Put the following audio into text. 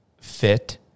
fit